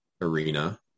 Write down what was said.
arena